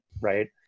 right